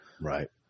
Right